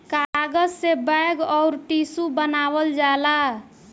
कागज से बैग अउर टिशू बनावल जाला